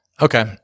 Okay